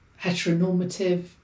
heteronormative